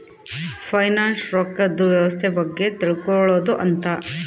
finance ರೊಕ್ಕದ್ ವ್ಯವಸ್ತೆ ಬಗ್ಗೆ ತಿಳ್ಕೊಳೋದು ಅಂತ